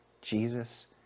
Jesus